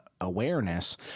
awareness